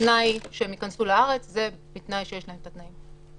התנאי שהם ייכנסו לארץ הוא שיש להם איפה לשהות.